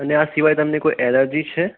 અને આ સિવાય તમને કોઈ એલર્જી છે